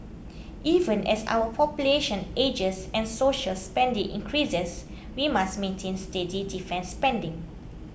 even as our population ages and social spending increases we must maintain steady defence spending